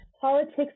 politics